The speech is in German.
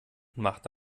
macht